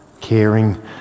caring